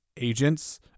agents